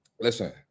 listen